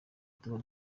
tuba